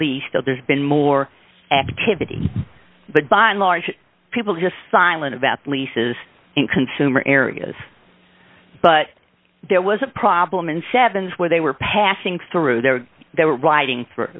so there's been more activity but by and large people just silent about leases in consumer areas but there was a problem and sevens where they were passing through there they were riding